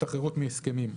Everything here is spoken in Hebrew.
השתחררות מהסכמים.